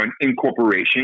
Incorporation